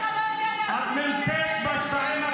--- שלך לא יודע להבדיל בין אמת